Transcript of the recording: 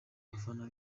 abafana